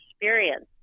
experience